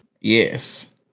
Yes